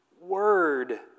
word